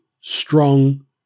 strong